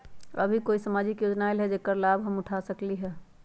अभी कोई सामाजिक योजना आयल है जेकर लाभ हम उठा सकली ह?